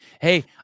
hey